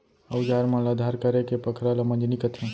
अउजार मन ल धार करेके पखरा ल मंजनी कथें